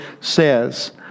says